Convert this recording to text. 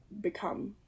become